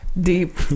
deep